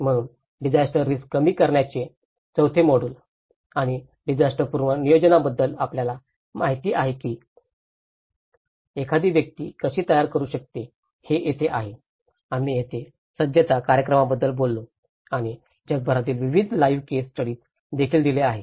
म्हणून disaster risk कमी करण्याचे चौथे मॉड्यूल आणि डिझास्टर पूर्व नियोजनाबद्दल आपल्याला माहिती आहे की एखादी व्यक्ती कशी तयारी करू शकते हे येथे आहे आम्ही येथे सज्जता कार्यक्रमांबद्दल बोललो आणि जगभरातील विविध लाइव्ह केस स्टडीज देखील दिले आहेत